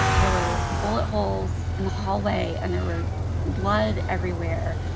there were bullet holes in the hallway and there were blood everywhere.